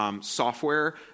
Software